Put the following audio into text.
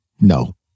No